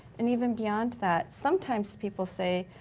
and even beyond that. sometimes people say,